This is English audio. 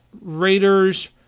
Raiders